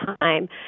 time